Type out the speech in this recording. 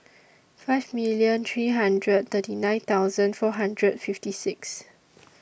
five million three hundred thirty nine thousand four hundred and fifty six